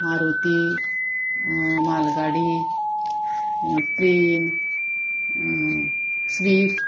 मारुती मालगाडी train Swift